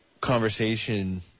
conversation